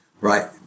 right